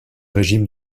régime